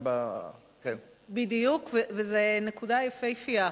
בדיוק, וזו נקודה יפהפייה.